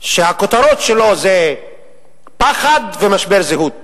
שהכותרות שלו הן פחד ומשבר זהות.